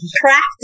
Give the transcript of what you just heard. practice